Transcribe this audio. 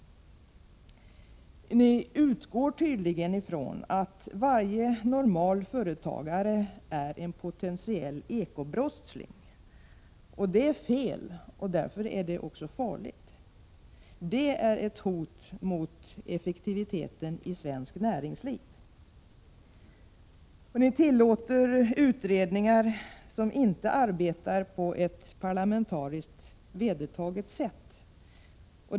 Ni utgår tydligen från att varje normal företagare är en potentiell eko-brottsling. Det är fel, och därför är det också farligt. Det är ett hot mot effektiviteten i svenskt näringsliv. Ni tillåter utredningar som inte arbetar på ett parlamentariskt vedertaget sätt.